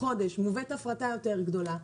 חודש מובאת הפרטה גדולה יותר,